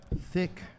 Thick